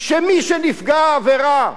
שמי שנפגע עבירה,